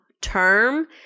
term